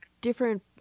different